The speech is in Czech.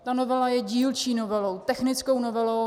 Ta novela je dílčí novelou, technickou novelou.